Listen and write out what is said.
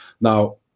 Now